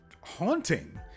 haunting